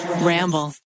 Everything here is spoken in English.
Ramble